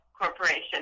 Corporation